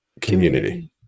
community